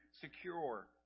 secure